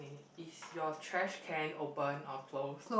okay is your trash can open or closed